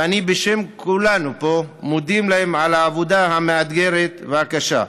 ואני בשם כולנו פה מודה להם על העבודה המאתגרת והקשה.